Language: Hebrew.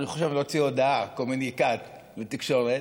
אני חושב להוציא הודעה, קומוניקט, לתקשורת,